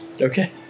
okay